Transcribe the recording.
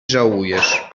żałujesz